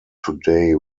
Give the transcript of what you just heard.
today